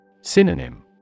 Synonym